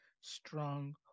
strong